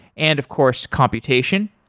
and of course, computation.